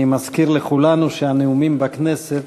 אני מזכיר לכולנו שנאומים בכנסת